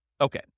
Okay